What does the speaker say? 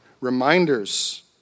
reminders